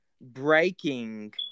breaking